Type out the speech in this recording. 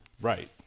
Right